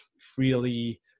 freely